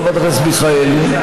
חברת הכנסת מיכאלי,